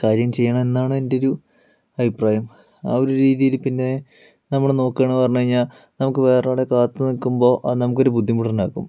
കാര്യം ചെയ്യണം എന്നാണ് എൻ്റെ ഒരു അയിപ്രായം ആ ഒരു രീതിയില് പിന്നെ നമ്മള് നോക്കുകയാണ് പറഞ്ഞു കഴിഞ്ഞാൽ നമുക്ക് വേറൊരാളെ കാത്തുനിൽക്കുമ്പോൾ അത് നമുക്കൊരു ബുദ്ധിമുട്ടുണ്ടാക്കും